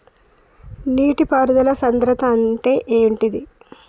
నీటి పారుదల సంద్రతా అంటే ఏంటిది?